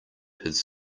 his